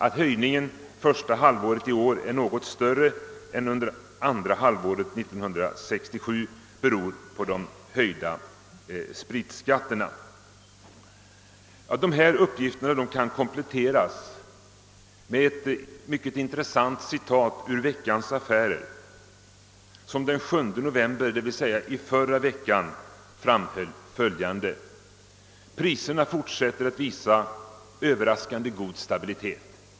Att höjningen första halvåret i år är något större än under andra halvåret 1967 beror på de höjda spritskatterna. Dessa uppgifter kan kompletteras med ett mycket intressant citat ur Veckans affärer, som den 7 november, dvs. förra veckan, framhöll följande: »Priserna fortsätter att visa överraskande god stabilitet.